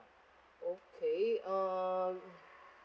okay uh